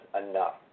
enough